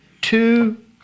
two